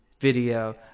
video